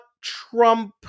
Trump